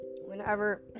Whenever